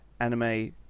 anime